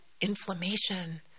inflammation